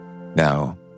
Now